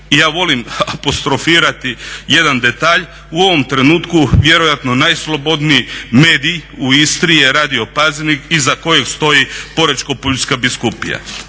Ja volim apostrofirati jedan detalj u ovom trenutku vjerojatno najslobodniji medij u Istri je Radio Pazin iza kojeg stoji Porečko-pulska biskupija.